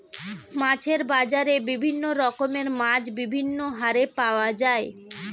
মাছের বাজারে বিভিন্ন রকমের মাছ বিভিন্ন হারে পাওয়া যায়